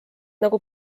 nagu